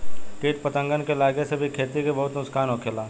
किट पतंगन के लागे से भी खेती के बहुत नुक्सान होखेला